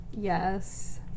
Yes